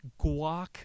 guac